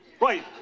Right